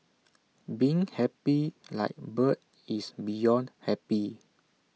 being happy like bird is beyond happy